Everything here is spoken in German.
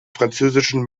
französischen